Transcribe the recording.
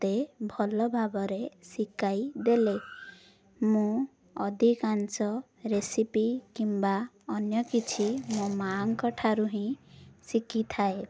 ମତେ ଭଲ ଭାବରେ ଶିଖାଇ ଦେଲେ ମୁଁ ଅଧିକାଂଶ ରେସିପି କିମ୍ବା ଅନ୍ୟ କିଛି ମୋ ମା ଙ୍କ ଠାରୁ ହିଁ ଶିଖି ଥାଏ